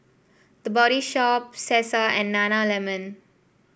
The Body Shop Cesar and Nana lemon